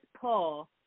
Paul –